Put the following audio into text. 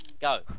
Go